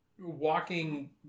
walking